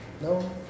No